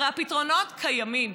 הרי הפתרונות קיימים.